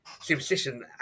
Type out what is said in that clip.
superstition